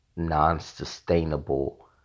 non-sustainable